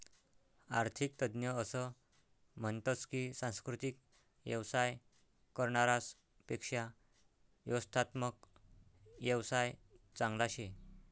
आरर्थिक तज्ञ असं म्हनतस की सांस्कृतिक येवसाय करनारास पेक्शा व्यवस्थात्मक येवसाय चांगला शे